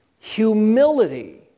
humility